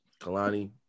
Kalani